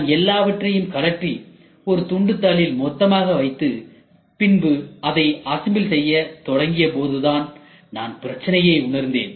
நான் எல்லாவற்றையும் கழற்றி ஒரு துண்டுத் தாளில் மொத்தமாக வைத்து பின்பு அதை அசம்பிள் செய்ய தொடங்கிய போதுதான் நான் பிரச்சனையை உணர்ந்தேன்